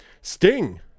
Sting